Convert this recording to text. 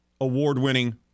award-winning